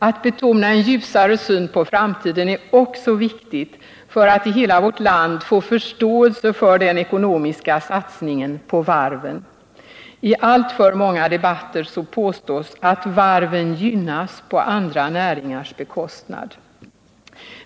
Att betona en ljusare syn på framtiden är också viktigt för att man i hela vårt land skall kunna få förståelse för den ekonomiska satsningen på varven. I alltför många debatter påstås att varven gynnas på andra näringars bekostnad.